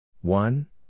One